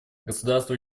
государства